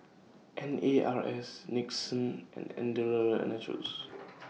N A R S Nixon and Andalou Naturals